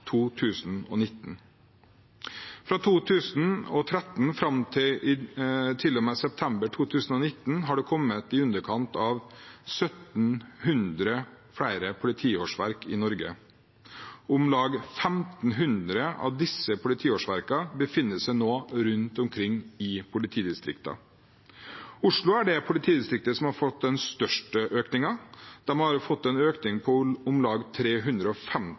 2019. Fra 2013 og til og med september 2019 har det kommet i underkant av 1 700 flere politiårsverk i Norge. Om lag 1 500 av disse politiårsverkene befinner seg nå rundt omkring i politidistriktene. Oslo er det politidistriktet som har fått den største økningen. De har fått en økning på om lag